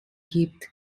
gibt